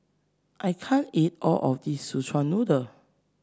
I can't eat all of this Szechuan Noodle